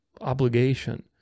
obligation